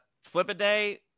Flip-A-Day